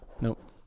Nope